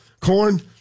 corn